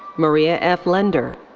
maria f. lendor.